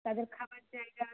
তাদের খাবার জায়গা তারা